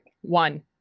one